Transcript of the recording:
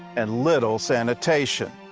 and little sanitation.